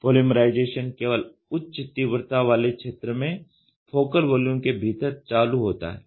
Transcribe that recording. polymerisation केवल उच्च तीव्रता वाले क्षेत्र में फोकल वॉल्यूम के भीतर चालू होता है